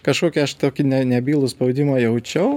kažkokį aš tokį ne nebylų spaudimą jaučiau